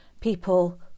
people